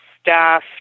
staff